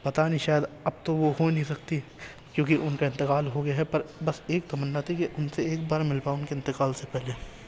پتہ نہیں شاید اب تو وہ ہو نہیں سکتی کیوںکہ ان کا انتقال ہو گیا ہے پر بس ایک تمنا تھی کہ ان سے ایک بار مل پاؤں ان کے انتقال سے پہلے